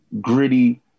gritty